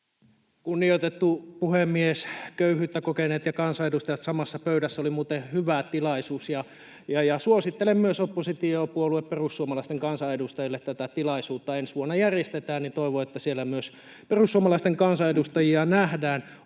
Kunnioitettu puhemies! Köyhyyttä kokeneet ja kansanedustajat samassa pöydässä oli muuten hyvä tilaisuus. Suosittelen myös oppositiopuolue perussuomalaisten kansanedustajille tätä tilaisuutta. Ensi vuonna se järjestetään, ja toivon, että siellä myös perussuomalaisten kansanedustajia nähdään.